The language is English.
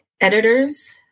editors